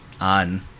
on